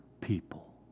people